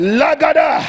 lagada